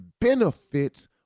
benefits